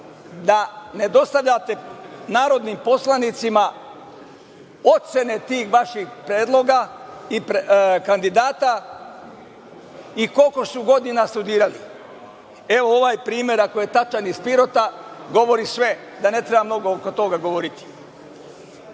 da ne dostavljate narodnim poslanicima ocene tih vaših predloga kandidata i koliko su godina studirali. Evo, ovaj primer, ako je tačan, iz Pirota, govori sve i ne treba mnogo oko toga govoriti. Nepotizam